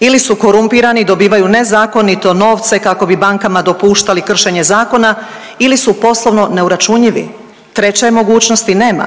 Ili su korumpirani i dobivaju nezakonito novce kako bi bankama dopuštali kršenje zakona ili su poslovno neuračunljivi. Treće mogućnosti nema